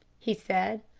he said.